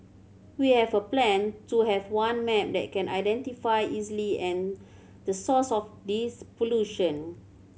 we have a plan to have one map that can identify easily and the source of this pollution